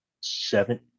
seven